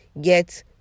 get